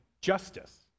justice